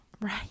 Right